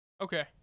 Okay